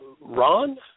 Ron